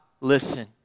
listen